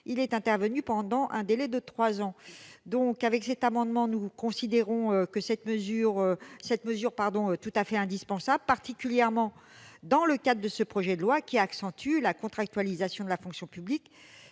il est intervenu pendant un délai de trois ans. Nous considérons que cette mesure est tout à fait indispensable, particulièrement dans le cadre de ce projet de loi qui accentue la contractualisation de la fonction publique,